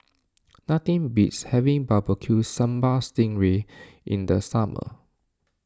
nothing beats having BBQ Sambal Sting Ray in the summer